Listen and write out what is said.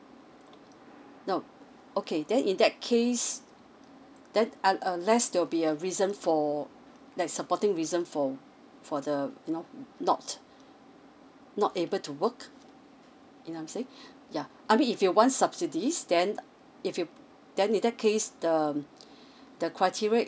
now okay then in that case then err unless there'll be a reason for like supporting reason for for the you know not not able to work you know I'm saying yeah I mean if you want subsidies then if you then in that case the um the criteria